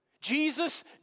Jesus